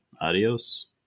Adios